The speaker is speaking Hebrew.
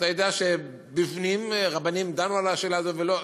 אתה יודע שבפנים רבנים דנו על השאלה הזאת: לא,